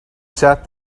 sat